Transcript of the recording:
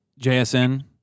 JSN